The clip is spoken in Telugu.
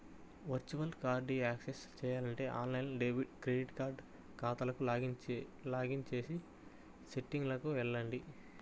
వర్చువల్ కార్డ్ని యాక్సెస్ చేయాలంటే ఆన్లైన్ క్రెడిట్ కార్డ్ ఖాతాకు లాగిన్ చేసి సెట్టింగ్లకు వెళ్లండి